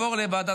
לוועדה